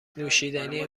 نوشیدنی